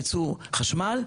יצור חשמל.